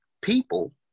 people